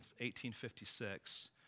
1856